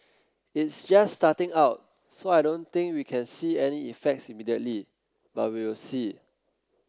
is just starting out so I don't think we can see any effects immediately but we'll see